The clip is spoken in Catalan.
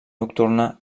nocturna